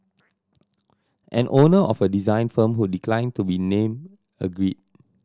an owner of a design firm who declined to be name agreed